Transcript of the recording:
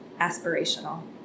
aspirational